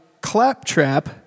Claptrap